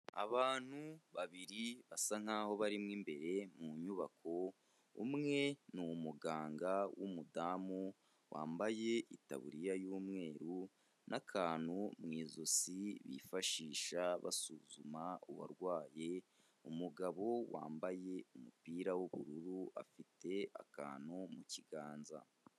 Abantu babiri basa nkaho barimo imbere mu nyubako umwe ni umuganga w'umudamu wambaye itaburiya y'umweru n'akantu mu ijosi bifashisha basuzuma uwarwaye, umugabo wambaye umupira w'ubururu afite akantu mu kiganza.